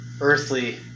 earthly